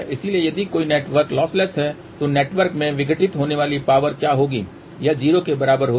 इसलिए यदि कोई नेटवर्क लॉसलेस है तो नेटवर्क में विघटित होने वाली पावर क्या होगी यह 0 के बराबर होगी